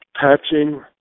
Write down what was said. patching